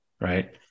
right